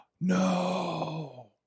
no